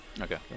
Okay